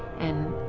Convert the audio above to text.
and,